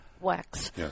wax